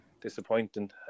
disappointing